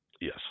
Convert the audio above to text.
Yes